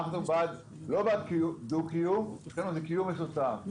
אנחנו לא בעד דו-קיום, אצלנו זה קיום משותף.